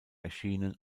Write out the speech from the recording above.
erschienen